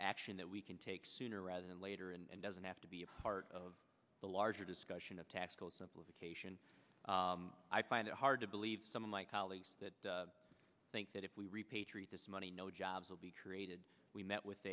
action that we can take sooner rather than later and doesn't have to be a part of the larger discussion of tax code simplification i find it hard to believe some of my colleagues that think that if we repatriate this money no jobs will be created we met with